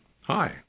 Hi